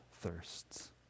thirsts